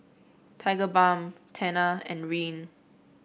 Tigerbalm Tena and Rene